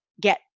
get